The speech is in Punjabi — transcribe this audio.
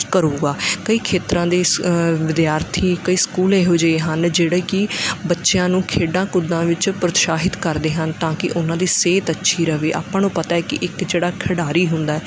ਕਰੇਗਾ ਕਈ ਖੇਤਰਾਂ ਦੇ ਵਿਦਿਆਰਥੀ ਕਈ ਸਕੂਲ ਇਹੋ ਜਿਹੇ ਹਨ ਜਿਹੜੇ ਕਿ ਬੱਚਿਆਂ ਨੂੰ ਖੇਡਾਂ ਕੁੱਦਾਂ ਵਿੱਚ ਪ੍ਰੋਤਸ਼ਾਹਿਤ ਕਰਦੇ ਹਨ ਤਾਂ ਕਿ ਉਹਨਾਂ ਦੀ ਸਿਹਤ ਅੱਛੀ ਰਹੇ ਆਪਾਂ ਨੂੰ ਪਤਾ ਹੈ ਕਿ ਇੱਕ ਜਿਹੜਾ ਖਿਡਾਰੀ ਹੁੰਦਾ